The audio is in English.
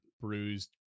bruised